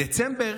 בדצמבר